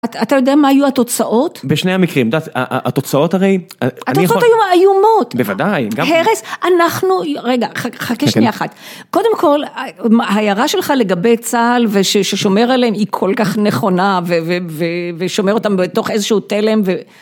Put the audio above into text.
אתה יודע מה היו התוצאות? בשני המקרים, את יודעת? התוצאות הרי... התוצאות היו איומות! בוודאי, גם... הרס, אנחנו... רגע, חכה שנייה אחת. קודם כל, ההערה שלך לגבי צה"ל, וששומר עליהם היא כל כך נכונה, ושומר אותם בתוך איזשהו תלם ו...